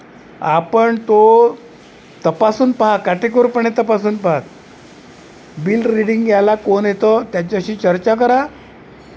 आपण तो तपासून पाहा काटेकोरपणे तपासून पाहत बिल रिडिंग याला कोण येतो त्यांच्याशी चर्चा करा